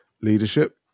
Leadership